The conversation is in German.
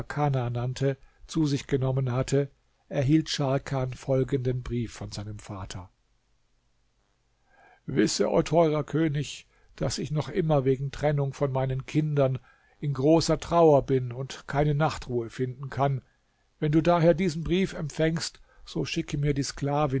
nannte zu sich genommen hatte erhielt scharkan folgenden brief von seinem vater wisse o teurer könig daß ich noch immer wegen der trennung von meinen kindern in großer trauer bin und keine nachtruhe finden kann wenn du daher diesen brief empfängst so schicke mir die sklavin